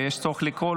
יש צורך לקרוא?